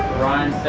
ryan,